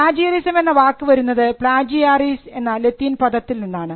plagiarism എന്ന വാക്ക് വരുന്നത് പ്ളാജിയാറീസ് എന്ന ലത്തീൻ പദത്തിൽ നിന്നാണ്